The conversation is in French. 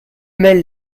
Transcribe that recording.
mêle